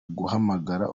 guhamagara